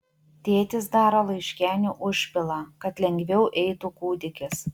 tėtis daro laiškenių užpilą kad lengviau eitų kūdikis